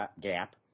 Gap